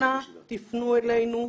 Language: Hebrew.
אנא תפנו אלינו.